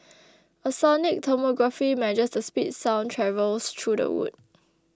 a sonic tomography measures the speed sound travels through the wood